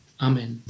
Amen